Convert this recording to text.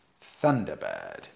Thunderbird